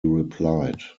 replied